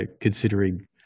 considering